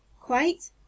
Quite